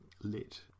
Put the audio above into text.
lit